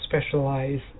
specialize